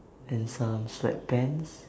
and some sweatpants